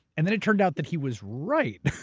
and then it turned out that he was right.